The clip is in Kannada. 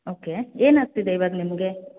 ಓಕೆ ಏನಾಗ್ತಿದೆ ಇವಾಗ ನಿಮಗೆ